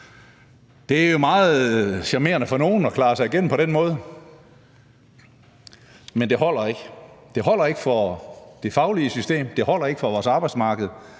Det er jo meget charmerende for nogle at klare sig igennem på den måde, men det holder ikke. Det holder ikke for det faglige system, det holder ikke for vores arbejdsmarked,